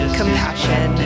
compassion